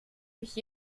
mich